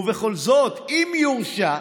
ובכל זאת, אם יורשע,